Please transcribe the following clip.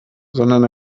sondern